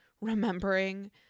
remembering